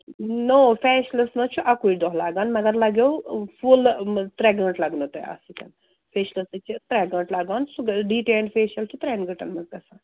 نَو فیشلس منٛز چھُو اَکُے دۄہ لَگان مگر لَگو فُل ترٛےٚ گنٛٹہٕ لَگنَو تۄہہِ اَتھ سۭتۍ فیشلس سۭتی چھِ ترٛےٚ گنٛٹہٕ لَگان سُہ گژھِ ڈِٹین فیشل چھُ ترٛٮ۪ن گنٛٹَن منٛز گژھان